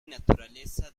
naturaleza